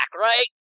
right